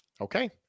Okay